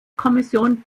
kommission